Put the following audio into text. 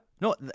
No